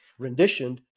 renditioned